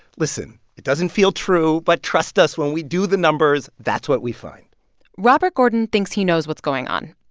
listen, it doesn't feel true, but trust us. when we do the numbers that's what we find robert gordon thinks he knows what's going on.